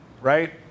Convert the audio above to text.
right